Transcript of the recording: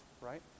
Right